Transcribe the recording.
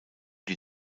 die